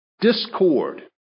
discord